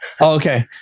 Okay